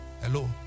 hello